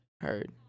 Heard